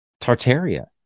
Tartaria